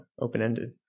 open-ended